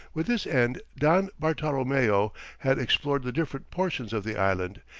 with this end don bartolomeo had explored the different portions of the island,